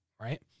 right